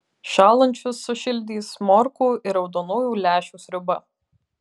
šąlančius sušildys morkų ir raudonųjų lęšių sriuba